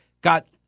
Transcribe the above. got